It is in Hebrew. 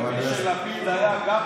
אף אחד.